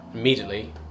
Immediately